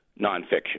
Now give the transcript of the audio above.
nonfiction